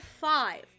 five